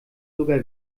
sogar